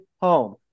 home